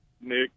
Nick